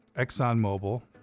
exxonmobil,